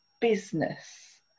business